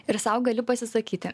ir sau gali pasisakyti